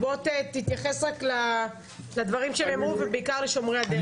תתייחס לדברים, ובעיקר לשומרי הדרך.